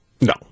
No